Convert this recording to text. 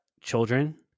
children